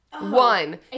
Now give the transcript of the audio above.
One